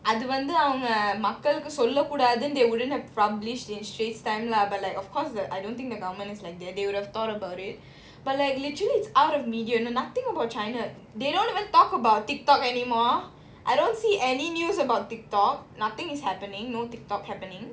அது வந்து அவங்க மக்களுக்கு சொல்லக கூடாது:athu vanthu avanga makkalukku solla kudathu then they wouldn't have published in Straits Times lah but like of course the I don't think the government is like they they would have thought about it but like literally it's out of media know nothing about china they don't even talk about TikTok anymore I don't see any news about TikTok nothing is happening no TikTok happening